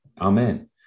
amen